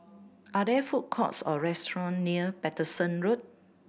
are there food courts or restaurants near Paterson Road